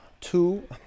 two